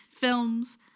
films